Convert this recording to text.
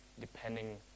depending